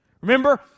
Remember